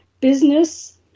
business